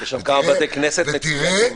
ותראה,